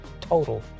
total